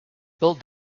build